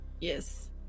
Yes